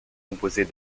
composée